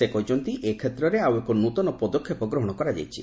ସେ କହିଛନ୍ତି ଏ କ୍ଷେତ୍ରରେ ଆଉ ଏକ ନୂଆ ପଦକ୍ଷେପ ଗ୍ରହଣ କରାଯାଇଛି